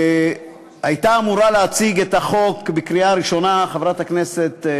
הייתה אמורה להציג את החוק לקריאה ראשונה חברת הכנסת,